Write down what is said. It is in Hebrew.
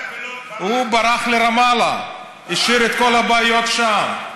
הוא ברח לרמאללה, השאיר את כל הבעיות שם.